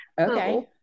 Okay